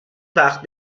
وقت